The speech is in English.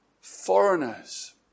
foreigners